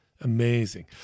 Amazing